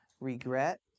regret